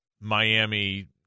Miami